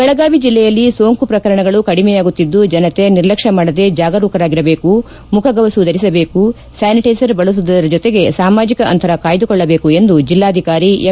ಬೆಳಗಾವಿ ಜಿಲ್ಲೆಯಲ್ಲಿ ಸೋಂಕು ಪ್ರಕರಣಗಳು ಕಡಿಮೆಯಾಗುತ್ತಿದ್ದು ಜನತೆ ನಿರ್ಲಕ್ಷ್ವ ಮಾಡದೇ ಜಾಗರೂಕರಾಗಿರಬೇಕು ಮುಖಗವಸು ಧರಿಸಬೇಕು ಸ್ಥಾನಿಟ್ಟಿಸರ್ ಬಳಸುವುದರ ಜೊತೆಗೆ ಸಾಮಾಜಕ ಅಂತರ ಕಾಯ್ದುಕೊಳ್ಳಬೇಕು ಎಂದು ಜಿಲ್ಲಾಧಿಕಾರಿ ಎಂ